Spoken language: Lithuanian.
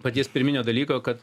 paties pirminio dalyko kad